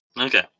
Okay